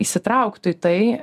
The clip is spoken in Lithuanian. įsitrauktu į tai